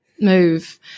move